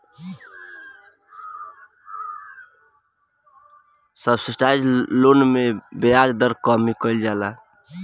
subsidised loan में ब्याज दर के कमी कइल जाला